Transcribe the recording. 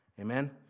Amen